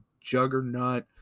juggernaut